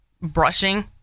brushing